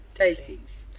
tastings